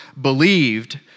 believed